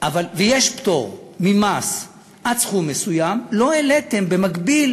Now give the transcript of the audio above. ויש פטור ממס עד סכום מסוים, ולא העליתם במקביל